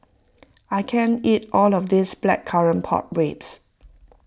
I can't eat all of this Blackcurrant Pork Ribs